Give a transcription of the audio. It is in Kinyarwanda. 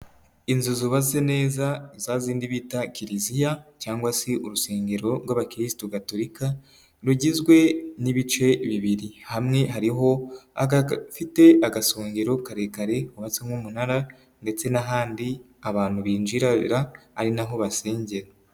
Inzu zubatse neza zazindi bita kiliziya cyangwa se urusengero rw'abakirisitu gatolika, rugizwe n'ibice bibiri hamwe hariho agafite agasongero karekare kubatse nk'umunara, ndetse n'ahandi abantu binjira ari naho basengera.